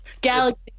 Galaxy